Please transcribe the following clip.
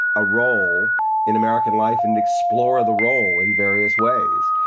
a role in american life and explore the role in various ways.